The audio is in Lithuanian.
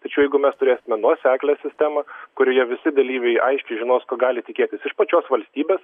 tačiau jeigu mes turėsime nuoseklią sistemą kurioje visi dalyviai aiškiai žinos ko gali tikėtis iš pačios valstybės